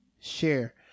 share